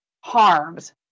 harms